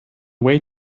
way